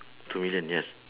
two million yes